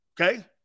okay